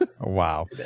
Wow